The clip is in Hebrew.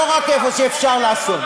לא רק איפה שאפשר לעשות.